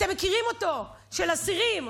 אתם מכירים אותו, של אסירים.